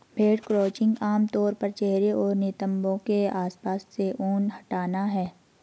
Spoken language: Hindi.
भेड़ क्रचिंग आम तौर पर चेहरे और नितंबों के आसपास से ऊन हटाना है